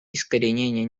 искоренения